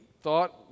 thought